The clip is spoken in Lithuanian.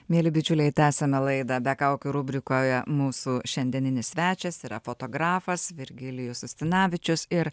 mieli bičiuliai tęsiame laidą be kaukių rubrikoje mūsų šiandieninis svečias yra fotografas virgilijus ustinavičius ir